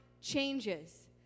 changes